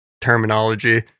terminology